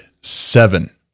seven